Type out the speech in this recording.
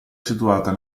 situata